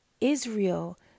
Israel